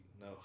No